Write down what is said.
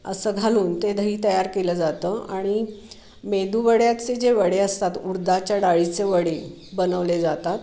असं घालून ते दही तयार केलं जातं आणि मेदूवड्याचे जे वडे असतात उडदाच्या डाळीचे वडे बनवले जातात